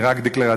היא רק דקלרטיבית,